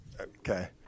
okay